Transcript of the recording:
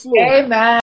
Amen